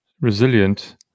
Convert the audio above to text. resilient